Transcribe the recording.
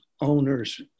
owners